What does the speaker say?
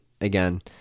again